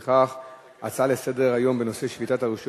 לפיכך ההצעות לסדר-היום בנושא שביתת הרשויות